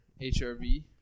HRV